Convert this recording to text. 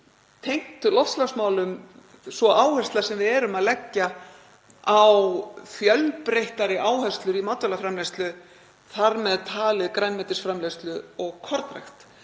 tengt loftslagsmálum er sú áhersla sem við erum að leggja á fjölbreyttari áherslur í matvælaframleiðslu, þar með talið grænmetisframleiðslu og kornrækt,